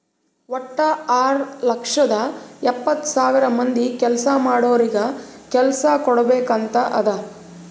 ವಟ್ಟ ಆರ್ ಲಕ್ಷದ ಎಪ್ಪತ್ತ್ ಸಾವಿರ ಮಂದಿ ಕೆಲ್ಸಾ ಮಾಡೋರಿಗ ಕೆಲ್ಸಾ ಕುಡ್ಬೇಕ್ ಅಂತ್ ಅದಾ